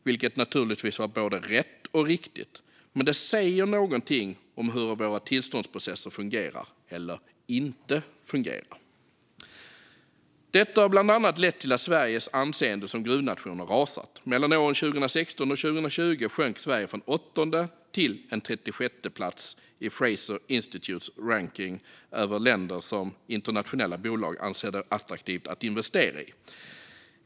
Det var naturligtvis både rätt och riktigt, men det säger någonting om hur våra tillståndsprocesser fungerar, eller inte fungerar. Detta har bland annat lett till att Sveriges anseende som gruvnation har rasat. Mellan åren 2016 och 2020 sjönk Sverige från en 8:e till en 36:e plats på ansedda Fraser Institutes rankning över länder som internationella bolag anser att det är attraktivt att investera i.